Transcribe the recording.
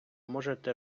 можете